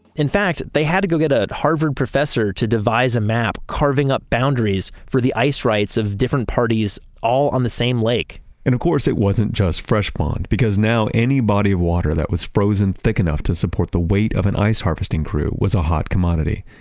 in fact, they had to go get a harvard professor to devise a map, carving up boundaries for the ice rights of different parties all on the same lake and of course, it wasn't just fresh pond because now any body of water that was frozen thick enough to support the weight of an ice harvesting crew was a hot commodity.